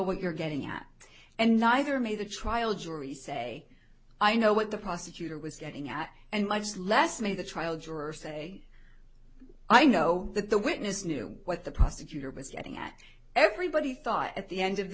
what you're getting at and neither may the trial jury say i know what the prosecutor was getting at and much less made the trial jurors say i know that the witness knew what the prosecutor was getting at everybody thought at the end of the